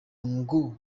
ngo